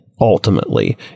Ultimately